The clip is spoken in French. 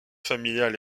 familiales